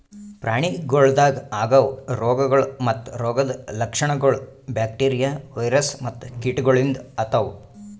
ಪ್ರಾಣಿಗೊಳ್ದಾಗ್ ಆಗವು ರೋಗಗೊಳ್ ಮತ್ತ ರೋಗದ್ ಲಕ್ಷಣಗೊಳ್ ಬ್ಯಾಕ್ಟೀರಿಯಾ, ವೈರಸ್ ಮತ್ತ ಕೀಟಗೊಳಿಂದ್ ಆತವ್